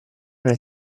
nel